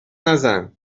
نزن